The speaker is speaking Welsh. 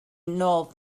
nôl